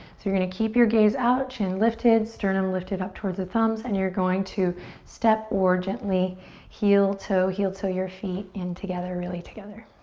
so you're gonna keep your gaze out, chin lifted, sternum lifted up towards the thumbs and you're going to step or gently heel-toe heel-toe your feet in together, really together.